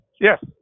Yes